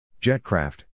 Jetcraft